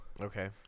Okay